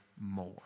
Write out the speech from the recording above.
more